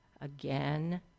again